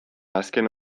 azken